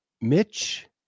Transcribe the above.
Mitch